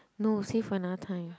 no save for another time